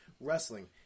wrestling